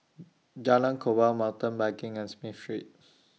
Jalan Korban Mountain Biking and Smith Street